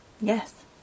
Yes